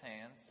hands